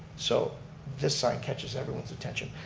so this sign catches everyone's attention.